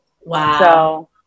Wow